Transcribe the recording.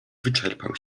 wyczerpał